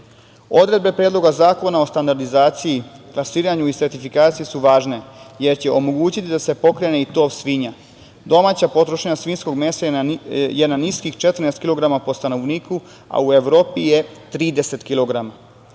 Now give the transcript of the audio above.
grla. Odredbe Predloga zakona o standardizaciji, plasiranju i sertifikaciji su važne, jer će omogućiti da se pokrene i tov svinja. Domaća potrošnja svinjskog mesa je na niskih 14 kilograma po stanovniku, a u Evropi je 30